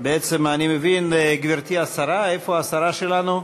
בעצם אני מבין, גברתי השרה, איפה השרה שלנו?